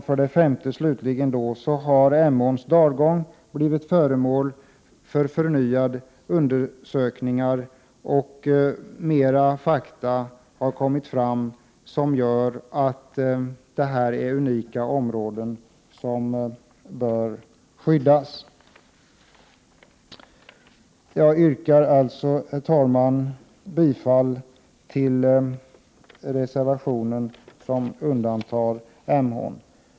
För det femte, slutligen, har Emåns dalgång blivit föremål för förnyad undersökning, och mera fakta har kommit fram som visar att det är ett unikt område som bör skyddas. Herr talman! Jag yrkar således bifall till reservation nr 18 som gäller Emån.